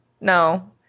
no